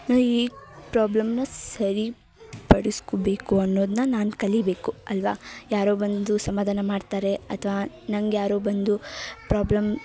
ನಾ ಈ ಪ್ರಾಬ್ಲಮ್ನ ಸರಿ ಪಡ್ಸ್ಕೊಬೇಕು ಅನ್ನೋದನ್ನ ನಾನು ಕಲಿಬೇಕು ಅಲ್ಲವಾ ಯಾರೋ ಬಂದು ಸಮಧಾನ ಮಾಡ್ತಾರೆ ಅಥ್ವಾ ನಂಗೆ ಯಾರೋ ಬಂದು ಪ್ರಾಬ್ಲಮ್